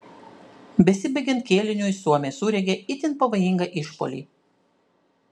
besibaigiant kėliniui suomiai surengė itin pavojingą išpuolį